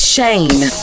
Shane